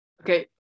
Okay